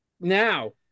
now